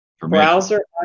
browser